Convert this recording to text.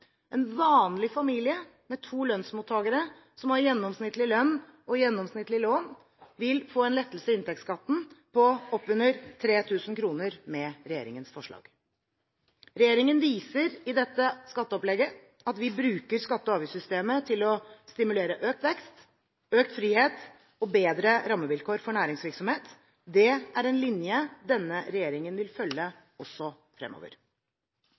En vanlig familie med to lønnsmottakere som har gjennomsnittlig lønn og gjennomsnittlig lån, vil få en lettelse i inntektsskatten på opp under 3 000 kr med regjeringens forslag. Regjeringen viser i dette skatteopplegget at vi bruker skatte- og avgiftssystemet til å stimulere økt vekst, økt frihet og bedre rammevilkår for næringsvirksomhet. Det er en linje denne regjeringen vil følge også fremover.